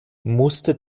musste